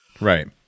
Right